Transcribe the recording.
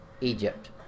Egypt